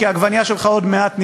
כי העגבנייה שלך עוד מעט נרקבת,